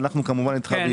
ואנחנו כמובן איתך,